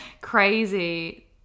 crazy